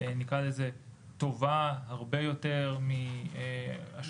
נקרא לזה טובה הרבה יותר מהשקעה,